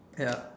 ya